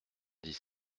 dix